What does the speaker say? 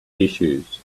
issues